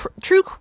true